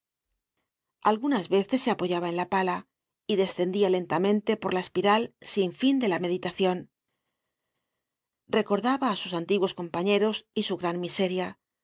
algunas veces se apoyaba en la pala y descendia lentamente por la espiral sin fin de la meditacion recordaba á sus antiguos compañeros y su gran miseria